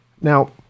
Now